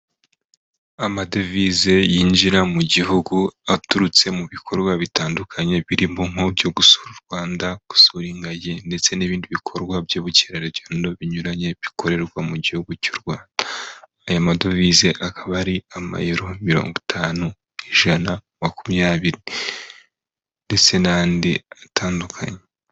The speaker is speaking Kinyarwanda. Amadevize yinjira mu gihugu aturutse mu bikorwa bitandukanye birimo nk’ibyo gusura U Rwanda, gusura ingagi ndetse n'ibindi bikorwa by'ubukerarugendo binyuranye bikorerwa mu gihugu cy'U Rwanda. Ayo madovize akaba ari amayero mirongo itanu, ijana, makumyabiri ndetse n'andi atandukanye.